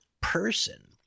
person